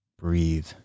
breathe